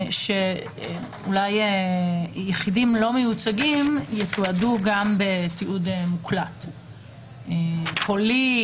אולי יחידים לא מיוצגים יתועדו גם בתיעוד מוקלט כלשהו.